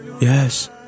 Yes